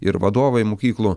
ir vadovai mokyklų